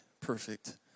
perfect